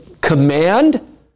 command